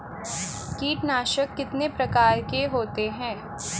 कीटनाशक कितने प्रकार के होते हैं?